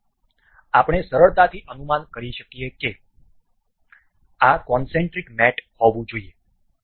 તેથી આપણે સરળતાથી અનુમાન કરી શકીએ કે આ કોન્સેન્ટ્રીક્ મેટ હોવું જોઈએ